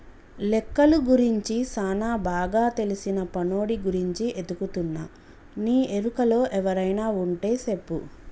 లెక్కలు గురించి సానా బాగా తెల్సిన పనోడి గురించి ఎతుకుతున్నా నీ ఎరుకలో ఎవరైనా వుంటే సెప్పు